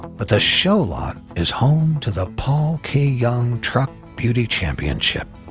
but the show lot is home to the paul k young truck beauty championship.